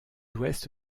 ouest